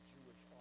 Jewish